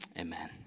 amen